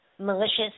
malicious